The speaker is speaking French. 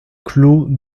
clos